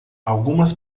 algumas